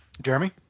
Jeremy